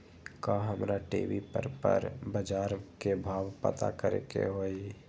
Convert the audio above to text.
का हमरा टी.वी पर बजार के भाव पता करे के होई?